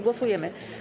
Głosujemy.